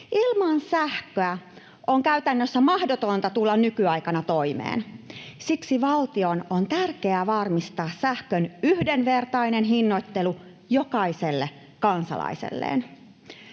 Ilman sähköä on käytännössä mahdotonta tulla nykyaikana toimeen. Siksi valtion on tärkeää varmistaa sähkön yhdenvertainen hinnoittelu jokaiselle kansalaiselleen.